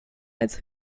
als